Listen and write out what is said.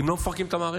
אם לא מפרקים את המערכת.